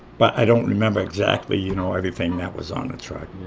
but i don't remember exactly you know everything that was on the truck.